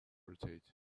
rotate